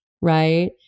right